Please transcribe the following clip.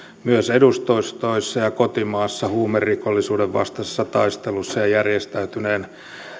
myös edustustoissa ja kotimaassa huumerikollisuuden vastaisessa taistelussa ja järjestäytyneen